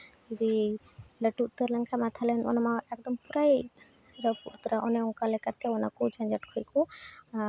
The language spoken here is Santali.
ᱡᱩᱫᱤ ᱞᱟᱹᱴᱩ ᱩᱛᱟᱹᱨ ᱞᱮᱱᱠᱷᱟᱱ ᱢᱟ ᱛᱟᱦᱚᱞᱮ ᱚᱱᱟ ᱢᱟ ᱮᱠᱫᱚᱢ ᱯᱨᱟᱭ ᱨᱟᱹᱯᱩᱫ ᱩᱛᱟᱹᱨᱟ ᱚᱱᱮ ᱚᱱᱠᱟ ᱞᱮᱠᱟᱛᱮ ᱚᱱᱟ ᱠᱚ ᱠᱚ